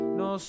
no